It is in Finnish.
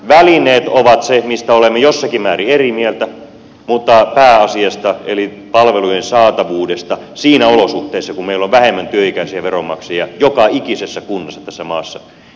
välineet ovat se mistä olemme jossakin määrin eri mieltä mutta pääasia on palvelujen saatavuus niissä olosuhteissa kun meillä on vähemmän työikäisiä veronmaksajia joka ikisessä kunnassa tässä maassa